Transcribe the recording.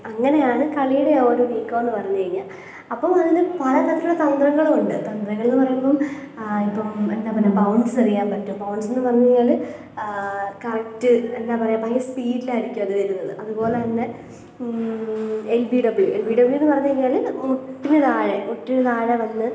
അങ്ങനെയാണ് കളിയുടെ ഓരോ നീക്കമെന്ന് പറഞ്ഞുകഴിഞ്ഞാൽ അപ്പം അതിന് പല തരത്തിലുള്ള തന്ത്രങ്ങളുണ്ട് തന്ത്രങ്ങള് എന്ന് പറയുമ്പം ഇപ്പം എന്താണ് പറയുന്നത് ബൗണ്സ് എറിയാന് പറ്റും ബൗണ്സ് എന്ന് പറഞ്ഞുകഴിഞ്ഞാൽ കറക്റ്റ് എന്താപറയാ ഭയങ്കര സ്പീഡിലായിരിക്കും അത് വര്ന്നത് അതുപോലെതന്നെ L B W L B ഡബ്ല്യുന്ന് പറഞ്ഞ് കഴിഞ്ഞാല് മുട്ടിന് താഴെ മുട്ടിന് താഴെ വന്ന്